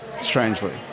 strangely